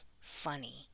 funny